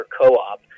Co-op